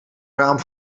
raam